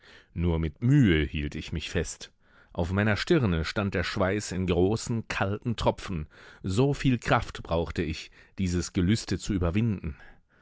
nur mit mühe hielt ich mich fest auf meiner stirne stand der schweiß in großen kalten tropfen so viel kraft brauchte ich dieses gelüste zu überwinden